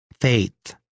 faith